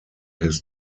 his